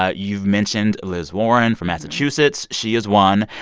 ah you've mentioned liz warren from massachusetts. she is one.